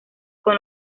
con